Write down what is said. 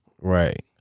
Right